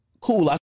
Cool